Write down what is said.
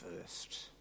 first